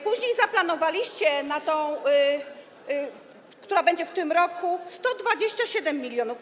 Później zaplanowaliście na tę, która będzie w tym roku, 127 mln.